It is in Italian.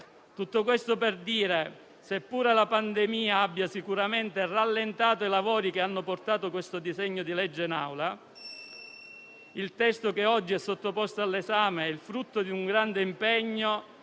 Tutto questo per dire che, seppure la pandemia ha sicuramente rallentato i lavori che hanno portato questo disegno di legge in Aula, il testo che oggi è sottoposto all'esame è il frutto di un grande impegno